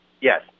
Yes